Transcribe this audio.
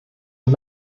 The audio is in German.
und